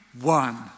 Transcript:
one